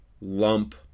lump